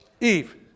Eve